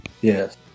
Yes